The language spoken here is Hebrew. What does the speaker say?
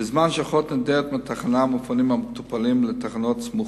בזמן שאחות נעדרת מהתחנה מופנים המטופלים לתחנות סמוכות.